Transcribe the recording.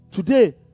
Today